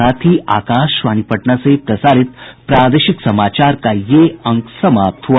इसके साथ ही आकाशवाणी पटना से प्रसारित प्रादेशिक समाचार का ये अंक समाप्त हुआ